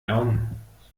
daumen